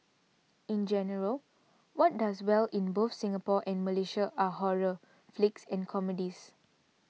in general what does well in both Singapore and Malaysia are horror flicks and comedies